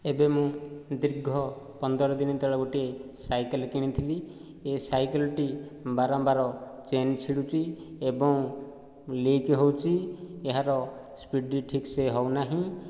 ଏବେ ମୁଁ ଦୀର୍ଘ ପନ୍ଦର ଦିନ ତଳେ ଗୋଟିଏ ସାଇକେଲ କିଣିଥିଲି ଏ ସାଇକେଲଟି ବାରମ୍ବାର ଚେନ୍ ଛିଡ଼ୁଛି ଏବଂ ଲିକ୍ ହେଉଛି ଏହାର ସ୍ପିଡ଼ ଠିକ୍ସେ ହେଉ ନାହିଁ